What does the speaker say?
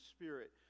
Spirit